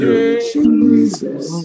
Jesus